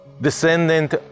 descendant